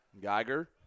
Geiger